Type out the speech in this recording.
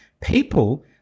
people